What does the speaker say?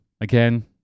Again